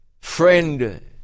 Friend